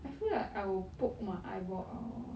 I feel like I will poke my eyeball out